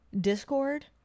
Discord